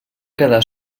quedar